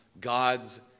God's